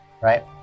right